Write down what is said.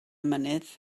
mynydd